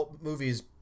movies